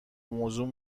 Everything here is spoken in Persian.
موضوع